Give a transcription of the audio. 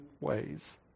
ways